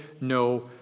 no